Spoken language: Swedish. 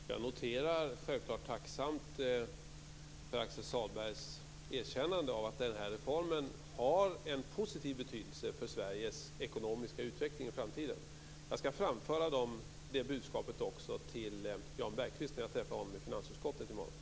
Fru talman! Jag noterar självklart tacksamt Pär Axel Sahlbergs erkännande av att den här reformen har en positiv betydelse för Sveriges ekonomiska utveckling i framtiden. Jag skall framföra det budskapet också till Jan Bergqvist när jag träffar honom i finansutskottet i morgon.